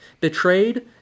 Betrayed